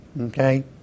Okay